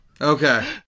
Okay